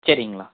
சரிங்களா